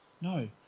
No